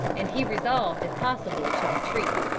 and he resolved, if possible, to retreat.